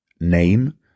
name